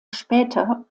später